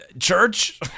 church